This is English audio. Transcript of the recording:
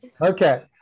Okay